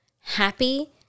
happy